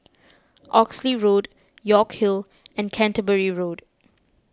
Oxley Road York Hill and Canterbury Road